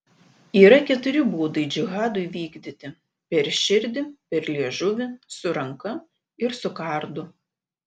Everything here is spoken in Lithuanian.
yra keturi būdai džihadui vykdyti per širdį per liežuvį su ranka ir su kardu